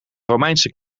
romeinse